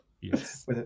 Yes